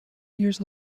years